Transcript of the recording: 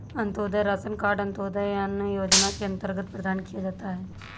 Antyodaya ration card अंत्योदय अन्न योजना के अंतर्गत प्रदान किया जाता है